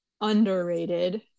underrated